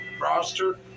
roster